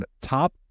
top